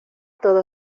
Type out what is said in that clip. todo